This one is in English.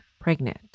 pregnant